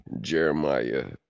Jeremiah